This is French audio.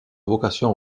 vocation